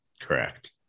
Correct